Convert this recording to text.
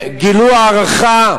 גילו הערכה,